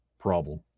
problem